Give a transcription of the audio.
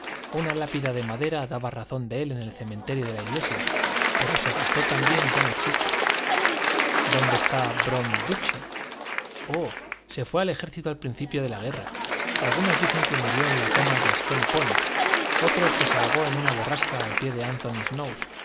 una lápida de madera daba razón de él en el cementerio de la iglesia pero se gastó también y ya no existe dónde está brom dútcher oh se fue al ejército al principio de la guerra algunos dicen que murió en la toma de stony point otros que se ahogó en una borrasca al pie de